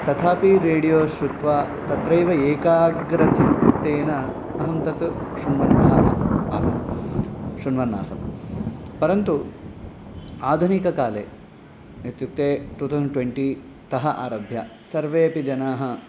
तथापि रेडियो श्रुत्वा तत्रैव एकाग्रचित्तेन अहं तत् शृण्वन्तः आसम् शृण्वन् आसं परन्तु आधुनिककाले इत्युक्ते टू तौसन्ड् ट्वेण्टितः आरभ्य सर्वेऽपि जनाः